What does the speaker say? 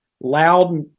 loud